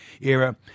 era